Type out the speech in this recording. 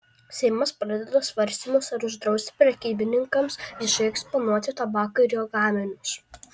seimas pradeda svarstymus ar uždrausti prekybininkams viešai eksponuoti tabaką ir jo gaminius